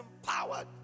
empowered